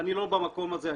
אני לא במקום הזה.